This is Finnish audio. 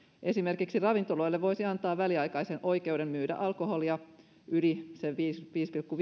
esimerkiksi ravintoloille voisi antaa väliaikaisen oikeuden myydä ulos alkoholia yli sen viiden pilkku